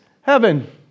heaven